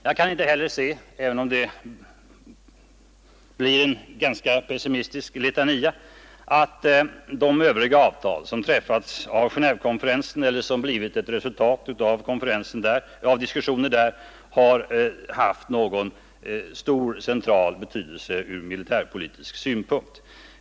Jag kan inte heller se att de övriga avtal som träffats av Genåvekonferensen eller som blivit ett resultat av diskussionerna där har haft någon stor betydelse ur militärpolitisk synpunkt.